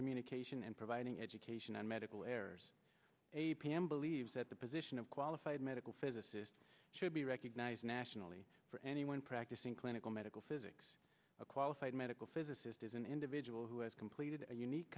communication and providing education and medical errors a p m believes that the position of qualified medical physicist should be recognized nationally for anyone practicing clinical medical physics a qualified medical physicist is an individual who has completed a unique